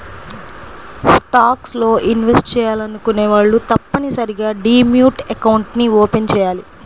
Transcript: stocks లో invest చెయ్యాలనుకునే వాళ్ళు తప్పనిసరిగా డీమ్యాట్ అకౌంట్ని ఓపెన్ చెయ్యాలి